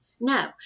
No